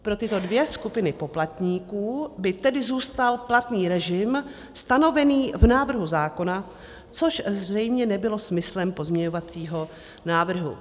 Pro tyto dvě skupiny poplatníků by tedy zůstal platný režim stanovený v návrhu zákona, což zřejmě nebylo smyslem pozměňovacího návrhu.